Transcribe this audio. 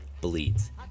bleeds